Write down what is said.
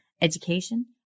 education